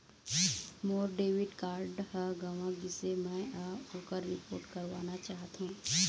मोर debit card ह गंवा गिसे, मै ह ओकर रिपोर्ट करवाना चाहथों